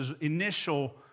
initial